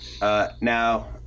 Now